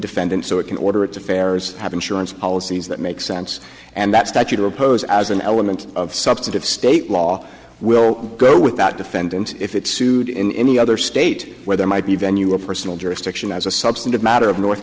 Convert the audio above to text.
defendant so it can order its affairs have insurance policies that make sense and that statute or pose as an element of substantive state law will go with that defendant if it's sued in any other state where there might be venue or personal jurisdiction as a substantive matter of north